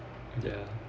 ya